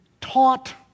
taught